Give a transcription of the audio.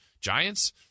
Giants